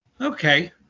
Okay